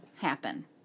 happen